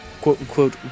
quote-unquote